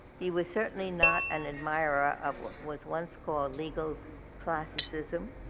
he was certainly not an admirer of what was once called legal classicism,